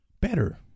better